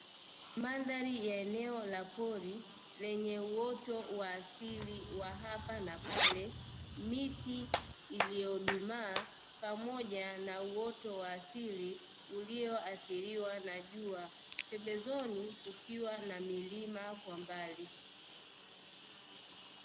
Mandhari ya eneo la pori lenye uoto wa asili wa hapa na pale miti iliyodumaa pamoja na uoto wa asili ulioathiriwa na jua pembezoni kukiwa na mlima kwa mbali.